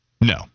No